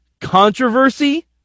controversy